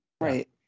right